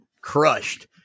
crushed